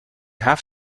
have